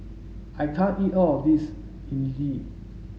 I can't eat all of this idly